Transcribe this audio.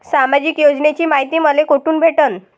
सामाजिक योजनेची मायती मले कोठून भेटनं?